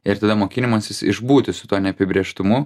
ir tada mokinimasis išbūti su tuo neapibrėžtumu